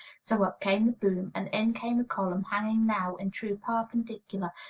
so up came the boom, and in came the column, hanging now in true perpendicular,